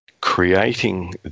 creating